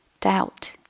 doubt